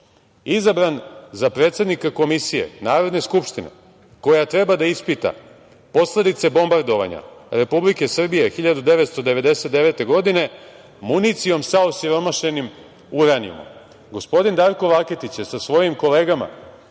izabran za predsednika Komisije Narodne skupštine koja treba da ispita posledice bombardovanja Republike Srbije 1999. godine, municijom sa osiromašenim uranijumom, Gospodin Darko Laketić je sa svojim kolegama